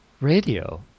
Radio